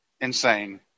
insane